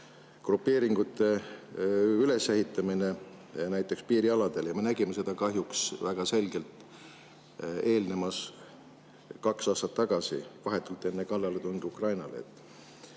grupeeringute ülesehitamine näiteks piirialadel. Me nägime seda kahjuks väga selgelt kaks aastat tagasi, vahetult enne kallaletungi Ukrainale.